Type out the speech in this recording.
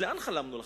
לאן חלמנו לחזור,